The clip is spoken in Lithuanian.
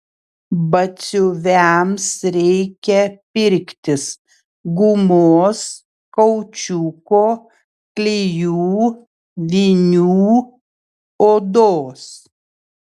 batsiuviams reikia pirktis gumos kaučiuko klijų vinių odos